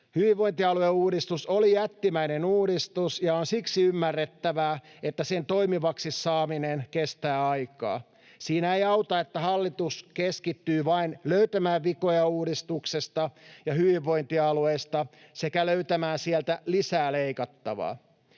Hyvinvointialueuudistus oli jättimäinen uudistus, ja on siksi ymmärrettävää, että sen toimivaksi saaminen kestää aikansa. Siinä ei auta, että hallitus keskittyy vain löytämään vikoja uudistuksesta ja hyvinvointialueista sekä löytämään sieltä lisää leikattavaa.